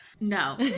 no